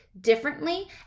differently